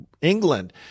England